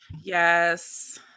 Yes